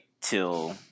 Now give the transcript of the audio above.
till